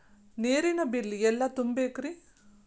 ನೇರಿನ ಬಿಲ್ ಎಲ್ಲ ತುಂಬೇಕ್ರಿ?